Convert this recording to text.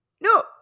no